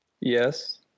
Yes